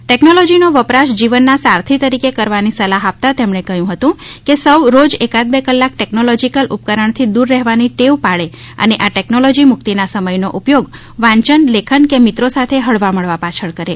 technology નો વપરાશ જીવન ના સારથિ તરીકે કરવાની સલાહ આપતા તેમણે કહ્યું હતું કે સૌ રોજ એકાદ બે કલાક ટેકનોલોજિકલ ઉપકરણ થી દૂર રહેવાની ટેવ પાડે અને આ ટેક્નોલોજી મુક્તિ ના સમય નો ઉપયોગ વાંચન લેખન કે મિત્રો સાથે હળવામળવા પાછળ કરે